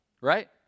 right